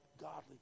godly